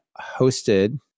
hosted